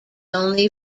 only